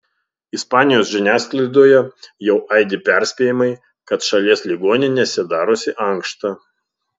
ispanijos žiniasklaidoje jau aidi perspėjimai kad šalies ligoninėse darosi ankšta